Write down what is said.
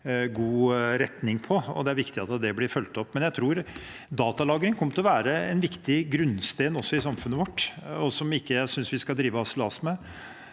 god retning på, og det er viktig at det blir fulgt opp. Jeg tror datalagring kommer til å være en viktig grunnstein i samfunnet vårt, som jeg ikke synes vi skal drive harselas med.